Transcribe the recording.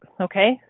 Okay